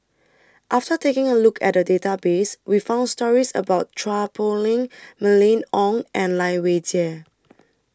after taking A Look At The Database We found stories about Chua Poh Leng Mylene Ong and Lai Weijie